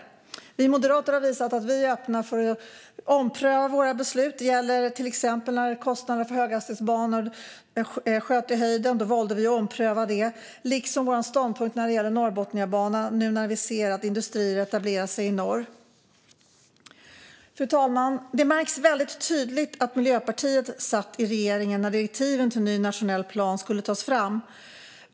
Där har vi moderater visat att vi är öppna för att ompröva våra beslut. Det gällde till exempel när kostnaderna för höghastighetsbanor sköt i höjden. Då valde vi att ompröva det, liksom vår ståndpunkt när det gäller Norrbotniabanan nu när vi ser att industrier etablerar sig i norr. Fru talman! Det märks väldigt tydligt att Miljöpartiet satt i regeringen när direktiven till ny nationell plan skulle tas fram.